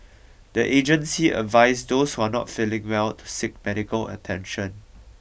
the agency advised those who are not feeling well to seek medical attention